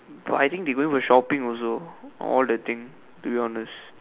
but I think they going for shopping also all the thing to be honest